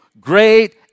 great